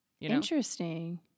Interesting